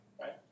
right